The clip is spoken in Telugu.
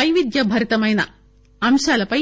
వైవిధ్యభరితమైన అంశాలపై